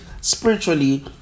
spiritually